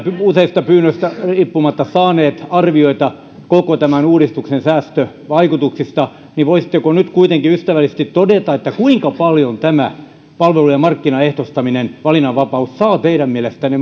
useista pyynnöistä huolimatta saaneet arvioita koko tämän uudistuksen säästövaikutuksista niin voisitteko nyt kuitenkin ystävällisesti todeta kuinka paljon tämä palvelujen markkinaehtoistaminen valinnanvapaus saa teidän mielestänne